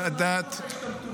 ועדת --- מה עם חוק ההשתמטות?